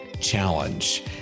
challenge